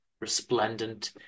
resplendent